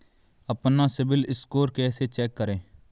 अपना सिबिल स्कोर कैसे चेक करें?